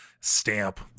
stamp